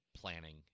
planning